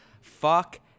Fuck